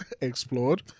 Explored